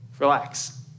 Relax